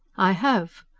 i have.